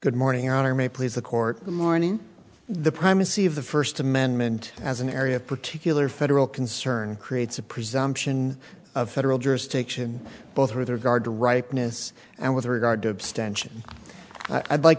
good morning on our may please the court the morning the primacy of the first amendment as an area of particular federal concern creates a presumption of federal jurisdiction both regard to ripeness and with regard to abstention i'd like